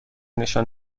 نشان